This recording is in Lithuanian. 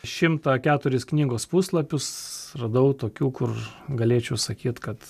šimtą keturis knygos puslapius radau tokių kur galėčiau sakyti kad